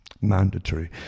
mandatory